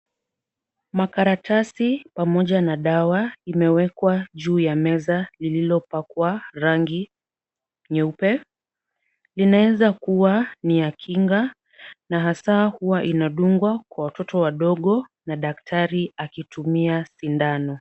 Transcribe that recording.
Makaratasi pamoja na dawa imewekwa juu ya meza lililopakwa rangi nyeupe, inaweza kuwa ni ya kinga na hasa huwa inadungwa kwa watoto wadogo na daktari akitumia sindano.